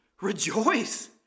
rejoice